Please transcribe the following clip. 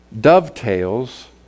Dovetails